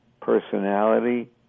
personality